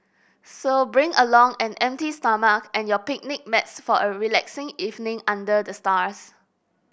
so bring along an empty stomach and your picnic mats for a relaxing evening under the stars